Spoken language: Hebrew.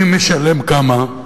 מי משלם, כמה?